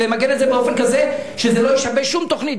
ולמגן את זה באופן כזה שזה לא ישבש שום תוכנית,